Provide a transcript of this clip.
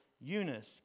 Eunice